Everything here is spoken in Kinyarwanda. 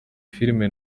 filime